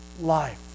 life